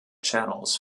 channels